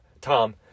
Tom